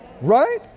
Right